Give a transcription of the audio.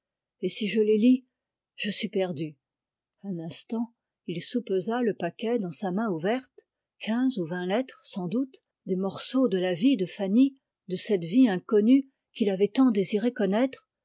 et si je les lis je suis perdu un instant il soupesa la paquet dans sa main ouverte quinze ou vingt lettres sans doute des morceaux de la vie de fanny de cette vie inconnue qu'il avait tant désiré connaître